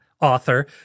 author